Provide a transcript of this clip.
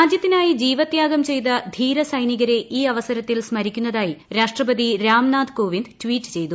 രാജ്യത്തിനായി ജീവത്യാഗം ചെയ്ത ധീര സൈനികരെ ഈ അവസരത്തിൽ സ്മരിക്കുന്നതായി രാഷ്ട്രപതി രാംനാഥ് കോവിന്ദ് ട്വീറ്റ് ചെയ്തു